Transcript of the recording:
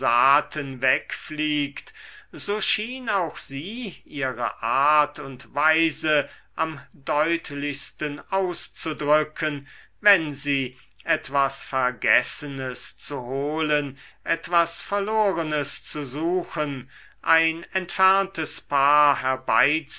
wegfliegt so schien auch sie ihre art und weise am deutlichsten auszudrücken wenn sie etwas vergessenes zu holen etwas verlorenes zu suchen ein entferntes paar